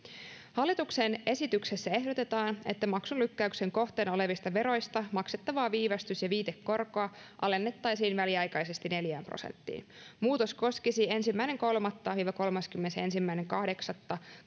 hallituksen esityksessä ehdotetaan että maksunlykkäyksen kohteena olevista veroista maksettavaa viivästys ja viitekorkoa alennettaisiin väliaikaisesti neljään prosenttiin muutos koskisi ensimmäinen kolmatta viiva kolmaskymmenesensimmäinen kahdeksatta